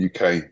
uk